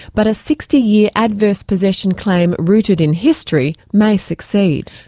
but a sixty year adverse possession claim rooted in history may succeed.